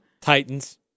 Titans